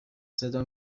صدا